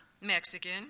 Mexican